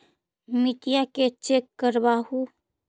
मिट्टीया के चेक करबाबहू?